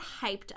hyped